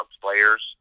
players